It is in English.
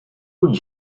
would